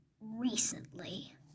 recently